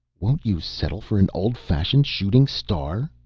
won't you settle for an old-fashioned shooting star?